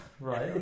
right